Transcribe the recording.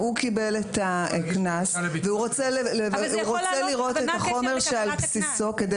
הוא קיבל את הקנס והוא רוצה לראות את החומר שעל בסיסו כדי